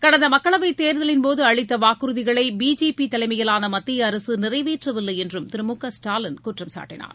கடந்த மக்களவை தேர்தலின்போது அளித்த வாக்குறுதிகளை பிஜேபி தலைமையிலான மத்திய என்றும் திரு மு க ஸ்டாலின் குற்றம் சாட்டினார்